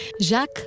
Jacques